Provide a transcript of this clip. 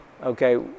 Okay